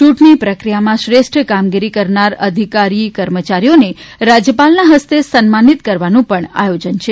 ચૂંટણી પ્રક્રિયામાં શ્રેષ્ઠ કામગીરી કરનાર અધિકારી કર્મચારીઓને રાજયપાલ ના હસ્તે સન્માનિત કરવાનું પણ આયોજન છે